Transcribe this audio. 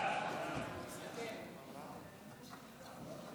להעביר את הצעת חוק הסדרת העיסוק במקצועות הבריאות (תיקון,